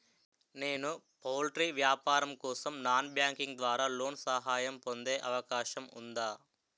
నేను పౌల్ట్రీ వ్యాపారం కోసం నాన్ బ్యాంకింగ్ ద్వారా లోన్ సహాయం పొందే అవకాశం ఉందా?